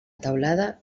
teulada